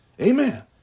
Amen